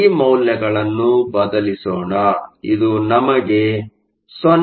ಈ ಮೌಲ್ಯಗಳನ್ನು ಬದಲಿಸೋಣ ಇದು ನಮಗೆ 0